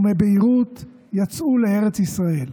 ומביירות יצאו לארץ ישראל.